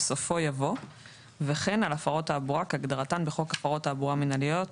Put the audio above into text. בסופו יבוא "וכן על הפרות תעבורה כהגדרתן בחוק הפרות תעבורה מינהליות,